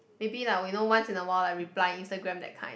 maybe lah we know once in awhile like reply Instagram that kind